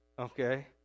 Okay